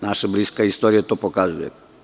Naša bliska istorija je to pokazala.